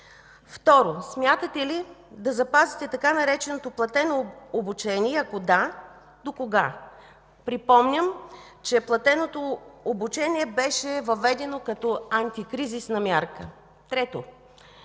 Второ, смятате ли да запазите така нареченото „платено обучение” и ако да, докога? Припомням, че платеното обучение беше въведено като антикризисна мярка. Трето,